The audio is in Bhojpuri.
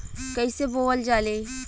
कईसे बोवल जाले?